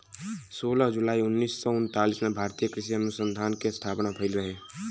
सोलह जुलाई उन्नीस सौ उनतीस में भारतीय कृषि अनुसंधान के स्थापना भईल रहे